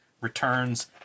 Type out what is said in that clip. Returns